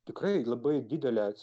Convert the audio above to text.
tikrai labai didelę